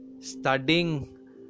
studying